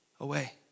away